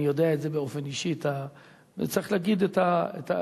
אני יודע את זה באופן אישי וצריך להגיד את האמת,